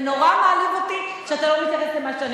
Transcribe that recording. זה נורא מעליב אותי שאתה לא מתייחס למה שאני